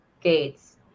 Gates